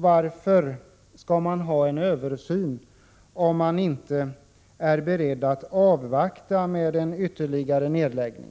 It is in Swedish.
Varför skall man göra en översyn, socialministern, om man inte är beredd att avvakta med en ytterligare nedläggning?